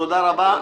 תודה רבה.